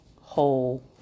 whole